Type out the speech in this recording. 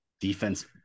Defense